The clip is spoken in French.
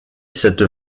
cette